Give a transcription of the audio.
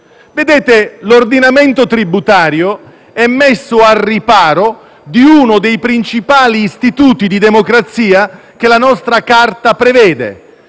stati. L'ordinamento tributario è messo al riparo da uno dei principali istituti di democrazia che la nostra Carta prevede,